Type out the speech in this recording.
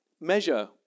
measure